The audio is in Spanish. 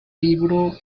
libro